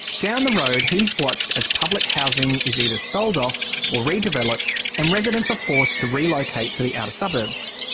down the road he's watched as public housing is either sold off or redeveloped and residents are forced to relocate to the outer suburbs.